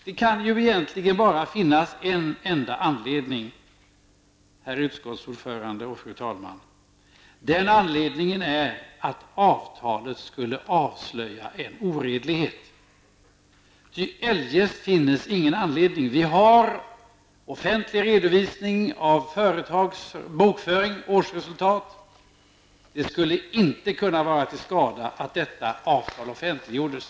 Det kan egentligen bara finnas en enda anledning -- herr utskottsordförande och fru talman. Den anledningen är att avtalet skulle avslöja en oredlighet, ty eljest finnes ingen anledning till ett hemlighållande. Vi har en offentlig redovisning av företags bokföring och årsresultat. Det skulle därför inte vara till skada att detta avtal offentliggjordes.